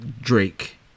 Drake